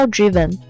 Driven